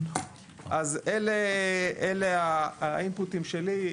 אלה האינפוטים שלי.